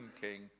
King